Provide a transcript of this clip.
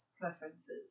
preferences